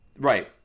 right